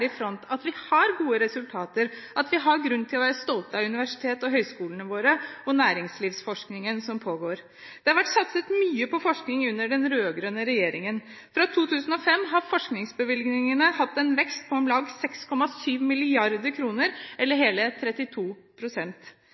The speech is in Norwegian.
i front, at vi har gode resultater, at vi har grunn til å være stolte av universitetene og høyskolene våre og av næringslivsforskningen som pågår. Det har vært satset mye på forskning under den rød-grønne regjeringen. Fra 2005 har forskningsbevilgningene hatt en vekst på om lag 6,7 mrd. kr, eller hele